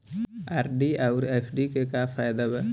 RD आउर FD के का फायदा बा?